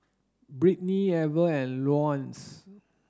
Brittnie Ever and Leonce